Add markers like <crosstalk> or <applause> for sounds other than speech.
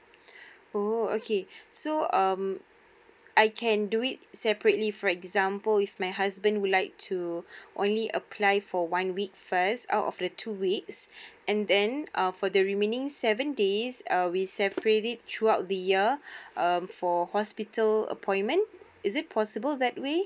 <breath> oh okay so um I can do it separately for example if my husband would like to <breath> only apply for one week first out of the two weeks <breath> and then uh for the remaining seven days uh we separate it throughout the year <breath> um for hospital appointment is it possible that way